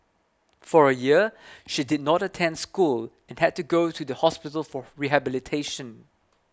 for a year she did not attend school had to go to the hospital for rehabilitation